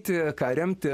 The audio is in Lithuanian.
tai ką remti